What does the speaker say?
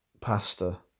pasta